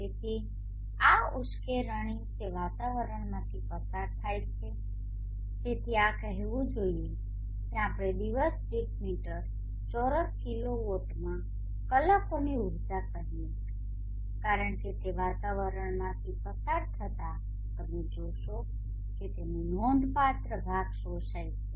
તેથી આ ઉશ્કેરણી તે વાતાવરણમાંથી પસાર થાય છે તેથી આ કહેવું જોઈએ કે આપણે દિવસ દીઠ મીટર ચોરસ કિલોવોટમાં કલાકોની ઉર્જા કહીએ કારણ કે તે વાતાવરણમાંથી પસાર થતાં તમે જોશો કે તેનો નોંધપાત્ર ભાગ શોષાય છે